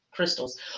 Crystals